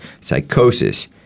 psychosis